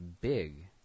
big